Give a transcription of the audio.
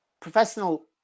professional